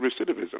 recidivism